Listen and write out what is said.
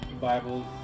Bibles